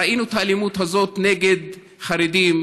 ראינו את האלימות הזאת נגד חרדים,